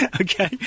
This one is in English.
Okay